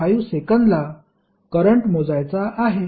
5 सेकंदाला करंट मोजायचा आहे